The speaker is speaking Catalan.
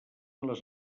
les